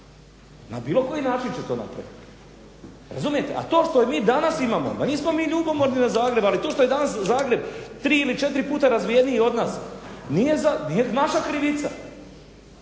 na bilo koji način će to napraviti. Razumijete? A to što mi danas imamo, pa nismo mi ljubomorni na Zagreb, ali to što je danas Zagreb tri ili četiri puta razvijeniji od nas nije naša krivica,